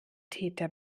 täter